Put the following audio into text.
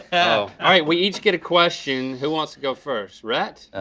so all right we each get a question. who wants to go first, rhett?